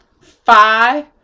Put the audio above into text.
Five